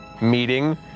meeting